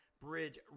Bridge